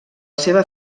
seva